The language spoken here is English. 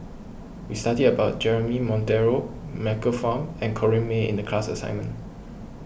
we studied about Jeremy Monteiro Michael Fam and Corrinne May in the class assignment